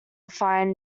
find